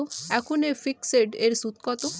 এখন ফিকসড এর সুদ কত?